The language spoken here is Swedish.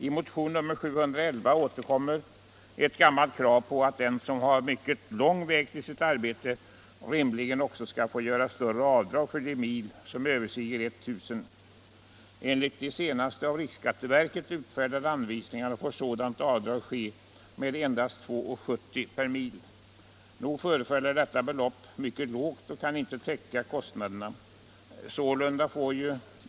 I motionen 711 återkommer ett gammalt krav på att den som har mycket lång väg till sitt arbete rimligen också skall få göra större avdrag för det antal mil som överstiger 1000. Enligt riksskatteverkets senast utfärdade anvisningar får sådant avdrag ske endast med 2:70 kr. per mil. Nog förefaller detta belopp mycket lågt. Det kan inte täcka kostnaderna.